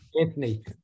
Anthony